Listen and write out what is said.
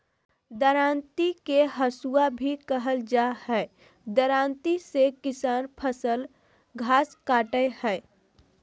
दरांती के हसुआ भी कहल जा हई, दरांती से किसान फसल, घास काटय हई